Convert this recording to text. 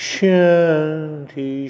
Shanti